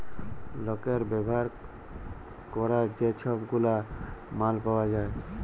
লকের ব্যাভার ক্যরার যে ছব গুলা মাল পাউয়া যায়